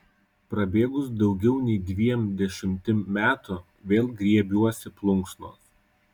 prabėgus daugiau nei dviem dešimtim metų vėl griebiuosi plunksnos